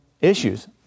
issues